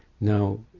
Now